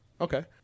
Okay